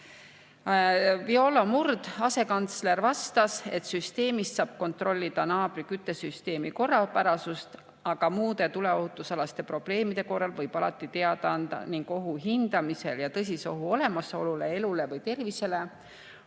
Viola Murd, asekantsler, vastas, et süsteemist saab kontrollida naabri küttesüsteemi korrapärasust, aga muude tuleohutusalaste probleemide korral võib alati teada anda ning ohu hindamisel ja tõsise ohu olemasolul elule või tervisele